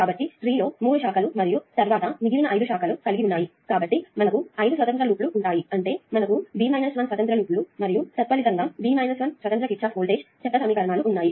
కాబట్టి ట్రీ లో 3 శాఖలు మరియు తరువాత మిగిలిన 5 శాఖలు కలిగి ఉన్నాయి కాబట్టి మనకు 5 స్వతంత్ర లూప్ లు ఉంటాయి అంటే మనకు B 1 స్వతంత్ర లూప్ లు మరియు తత్ఫలితంగా B 1 స్వతంత్ర కిర్చాఫ్ వోల్టేజ్ చట్ట సమీకరణాలు ఉన్నాయి